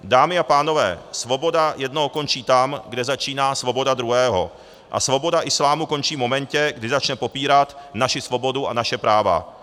Dámy a pánové, svoboda jednoho končí tam, kde začíná svoboda druhého, a svoboda islámu končí v momentě, kdy začne popírat naši svobodu a naše práva.